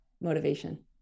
motivation